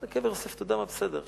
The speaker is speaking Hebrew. בסדר,